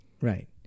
Right